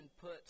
put